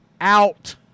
out